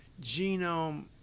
genome